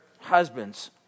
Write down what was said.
husbands